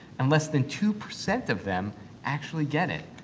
and less than two percent of them actually get it.